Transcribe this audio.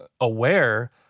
aware